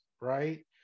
right